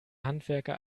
handwerker